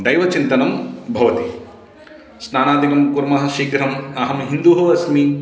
दैवचिन्तनं भवति स्नानादिकं कुर्मः शीघ्रम् अहं हिन्दुः अस्मि